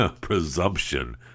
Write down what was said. presumption